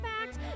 fact